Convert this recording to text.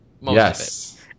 Yes